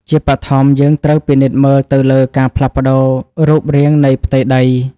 ជាបឋម យើងត្រូវពិនិត្យមើលទៅលើការផ្លាស់ប្តូររូបរាងនៃផ្ទៃដី។